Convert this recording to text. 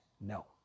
No